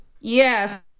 Yes